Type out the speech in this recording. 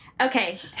Okay